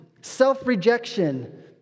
Self-rejection